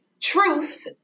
truth